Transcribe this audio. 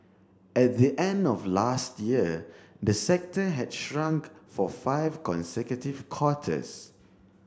at the end of last year the sector had shrunk for five consecutive quarters